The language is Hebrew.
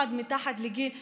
במיוחד מתחת לגיל שלוש,